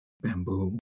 bamboo